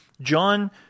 John